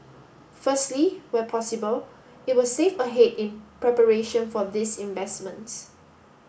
firstly where possible it will save ahead in preparation for these investments